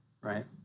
right